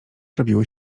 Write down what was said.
robiły